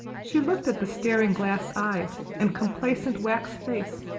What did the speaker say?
she looked at the staring glass eyes and complacent wax face,